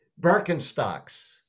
Birkenstocks